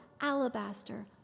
alabaster